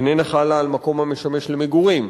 על מקום המשמש למגורים.